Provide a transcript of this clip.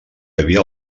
havia